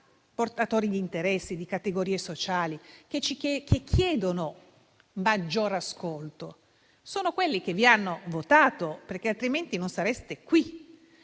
portatori di interessi e di categorie sociali che chiedono maggior ascolto. Sono quelli che vi hanno votato, perché altrimenti non sareste qui